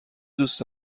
دوست